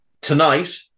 tonight